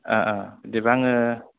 अ अ बिदिब्ला आङो